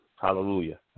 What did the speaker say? Hallelujah